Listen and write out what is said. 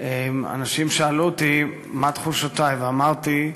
אנשים שאלו אותי מה תחושותי, ואמרתי,